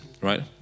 right